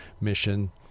mission